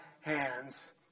hands